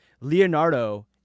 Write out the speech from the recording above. leonardo